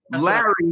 Larry